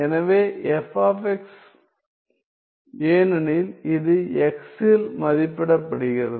எனவே f ஏனெனில் இது x இல் மதிப்பிடப்படுகிறது